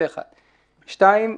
שנית,